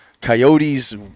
coyotes